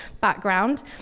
background